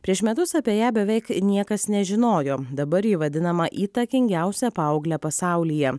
prieš metus apie ją beveik niekas nežinojo dabar ji vadinama įtakingiausia paaugle pasaulyje